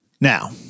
Now